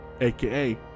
aka